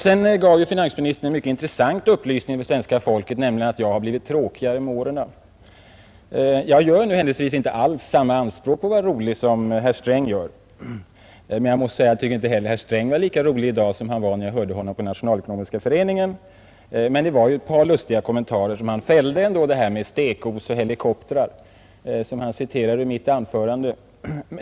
Sedan gav finansministern en intressant upplysning för det svenska folket, nämligen att jag blivit tråkigare med åren. Jag gör nu händelsevis inte alls samma anspråk på att vara rolig som herr Sträng gör. Men jag tycker inte heller att herr Sträng i dag var lika rolig som han var när jag hörde honom på Nationalekonomiska föreningen. Han gjorde emellertid ett par lustiga kommentarer om stekos och helikoptrar när han citerade mitt anförande.